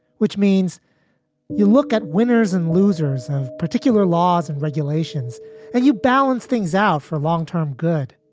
which means you look at winners and losers of particular laws and regulations and you balance things out for long term good.